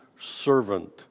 servant